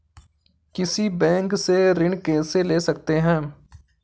किसी बैंक से ऋण कैसे ले सकते हैं?